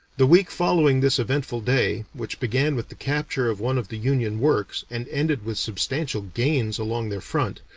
the week following this eventful day, which began with the capture of one of the union works, and ended with substantial gains along their front,